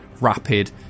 rapid